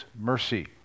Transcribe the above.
mercy